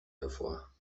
hervor